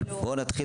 אבל בואו נתחיל,